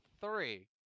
three